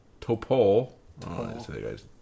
Topol